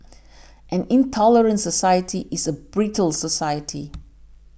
an intolerant society is a brittle society